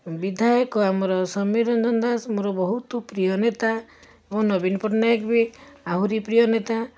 ବିଧାୟକ ଆମର ସୋମ୍ୟରଞ୍ଜନ ଦାସ ମୋର ବହୁତ ପ୍ରିୟ ନେତା ଓ ନବୀନ ପଟ୍ଟନାୟକ ବି ଆହୁରି ପ୍ରିୟ ନେତା